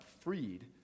freed